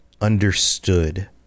understood